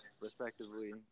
respectively